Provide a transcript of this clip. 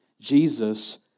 Jesus